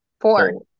four